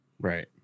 Right